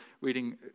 reading